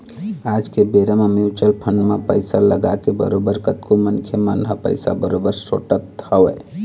आज के बेरा म म्युचुअल फंड म पइसा लगाके बरोबर कतको मनखे मन ह पइसा बरोबर सोटत हवय